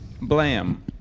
Blam